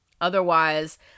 Otherwise